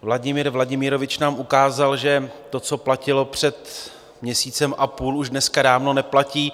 Vladimir Vladimirovič nám ukázal, že to, co platilo před měsícem a půl, už dneska dávno neplatí.